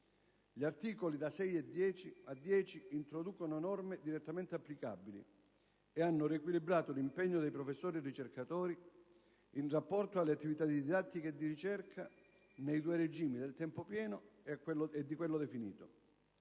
Gli articoli da 6 a 10 introducono norme direttamente applicabili e hanno riequilibrato l'impegno dei professori e ricercatori in rapporto alle attività di didattica e di ricerca nei due regimi del tempo pieno e di quello definito.